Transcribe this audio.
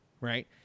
right